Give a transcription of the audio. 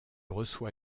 reçoit